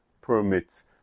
permits